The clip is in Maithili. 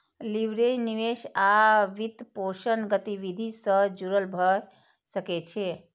लीवरेज निवेश आ वित्तपोषण गतिविधि सं जुड़ल भए सकै छै